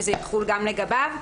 שזה יחול גם לגביו.